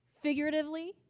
Figuratively